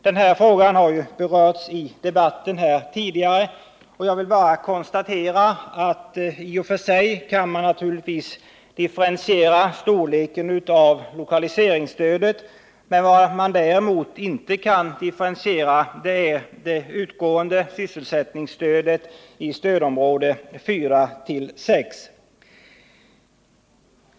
Den här frågan har berörts i debatten här tidigare, och jag vill bara konstatera att man i och för sig naturligtvis kan differentiera storleken av lokaliseringsstödet, men vad man däremot inte kan differentiera är det utgående sysselsättningsstödet i stödområde 4-6.